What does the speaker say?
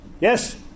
Yes